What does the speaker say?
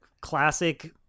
Classic